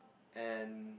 and